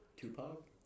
Tupac